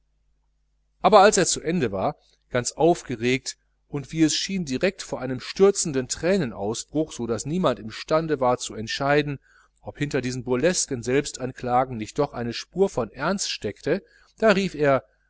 aber als er zu ende war ganz aufgeregt und wie es schien direkt vor einem stürzenden thränenausbruch so daß niemand im stande war zu entscheiden ob hinter diesen burlesken selbstanklagen nicht doch eine spur von ernst steckte da rief er